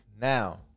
now